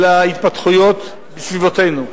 מההתפתחויות בסביבתנו.